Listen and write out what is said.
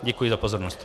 Děkuji za pozornost.